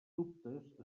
dubtes